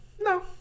no